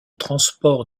transport